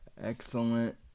excellent